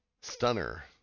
Stunner